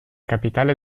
capitale